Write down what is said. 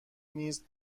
نیز